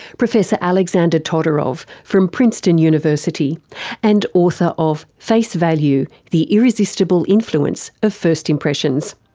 professor alexander todorov from princeton university and author of face value the irresistible influence of first impressions.